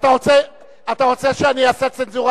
אדוני, באו אליו בטענה,